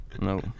no